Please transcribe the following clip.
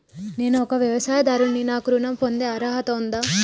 నేను ఒక వ్యవసాయదారుడిని నాకు ఋణం పొందే అర్హత ఉందా?